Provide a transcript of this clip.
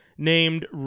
named